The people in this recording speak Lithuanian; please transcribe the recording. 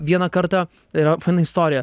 vieną kartą yra faina istorija